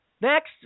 next